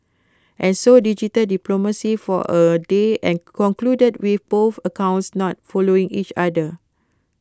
and so digital diplomacy for A day and concluded with both accounts not following each other